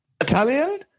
italian